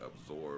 absorb